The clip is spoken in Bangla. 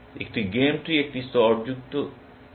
একটি গেম ট্রি একটি স্তরযুক্ত ট্রি